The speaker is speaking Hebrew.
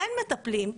אין מטפלים.